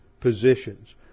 positions